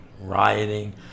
rioting